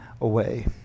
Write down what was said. away